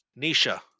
Nisha